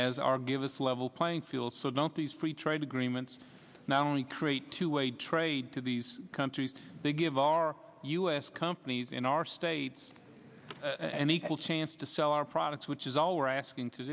as our give us a level playing field so don't these free trade agreements not only create two way trade to these countries they give our u s companies in our states an equal chance to sell our products which is all we're asking to